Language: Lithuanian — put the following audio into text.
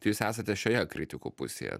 tai jūs esate šioje kritikų pusėje